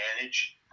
manage